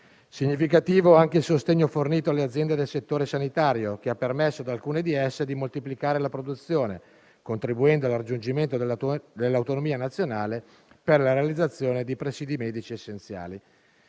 Significativo è anche il sostegno fornito alle aziende del settore sanitario, che ha permesso ad alcune di esse di moltiplicare la produzione, contribuendo al raggiungimento dell'autonomia nazionale per la realizzazione di presidi medici essenziali.